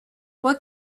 what